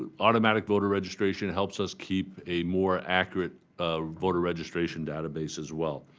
automatic voter registration helps us keep a more accurate ah voter registration database as well.